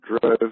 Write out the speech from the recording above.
drove